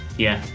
yeah,